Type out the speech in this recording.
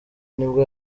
nibwo